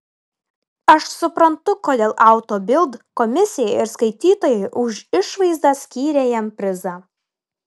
aš suprantu kodėl auto bild komisija ir skaitytojai už išvaizdą skyrė jam prizą